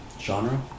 Genre